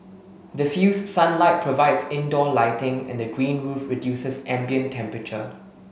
diffused sunlight provides indoor lighting and the green roof reduces ambient temperature